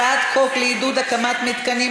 הצעת חוק לעידוד השקעה באנרגיות מתחדשות